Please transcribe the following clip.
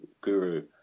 guru